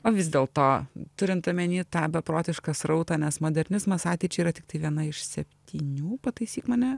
o vis dėlto turint omeny tą beprotišką srautą nes modernizmas ateičiai yra tiktai viena iš septynių pataisyk mane